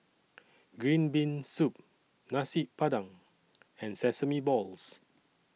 Green Bean Soup Nasi Padang and Sesame Balls